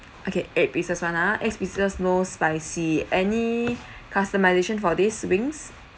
okay eight pieces [one] ah eight pieces no spicy any customisation for this wings